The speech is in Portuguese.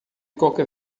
qualquer